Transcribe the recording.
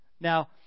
Now